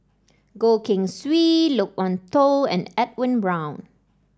Goh Keng Swee Loke Wan Tho and Edwin Brown